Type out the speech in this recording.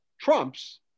trumps